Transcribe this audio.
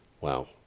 Wow